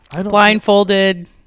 blindfolded